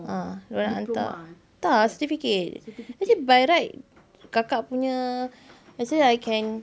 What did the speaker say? ah dia orang nak hantar tak certificate tapi by right kakak punya actually I can